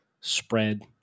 Spread